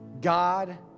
God